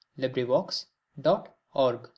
LibriVox.org